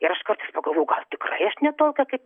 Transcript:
ir aš kartais pagalvoju gal tikrai ne tokia kaip